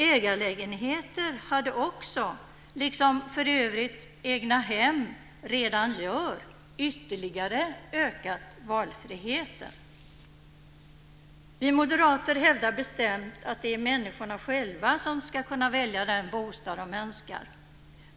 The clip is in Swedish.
Ägarlägenheter hade också, liksom för övrigt egnahem redan gör, ytterligare ökat valfriheten. Vi moderater hävdar bestämt att det är människorna själva som ska kunna välja den bostad de önskar.